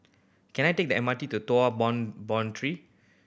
can I take the M R T to